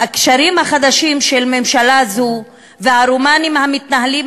הקשרים החדשים של ממשלה זו והרומנים המתנהלים